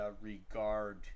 Regard